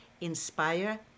inspire